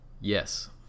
Yes